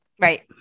Right